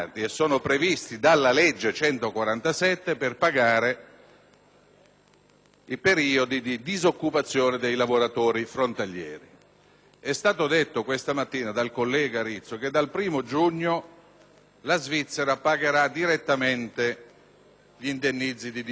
i periodi di disoccupazione dei lavoratori frontalieri. È stato detto questa mattina dal collega Rizzi che, dal 1º giugno, la Svizzera pagherà direttamente gli indennizzi di disoccupazione, in seguito agli accordi bilaterali con l'Unione europea.